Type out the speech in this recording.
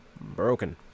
broken